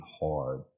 hard